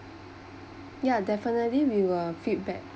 yeah definitely we will feedback